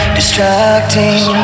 Distracting